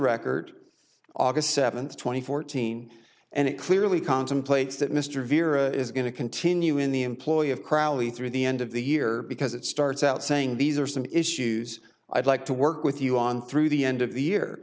record august seventh two thousand and fourteen and it clearly contemplates that mr vierra is going to continue in the employ of crowley through the end of the year because it starts out saying these are some issues i'd like to work with you on through the end of the year